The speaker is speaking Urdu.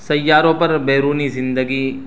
سیاروں پر بیرونی زندگی